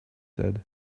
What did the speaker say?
said